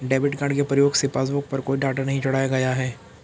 debit card के प्रयोग से पासबुक पर कोई डाटा नहीं चढ़ाया गया है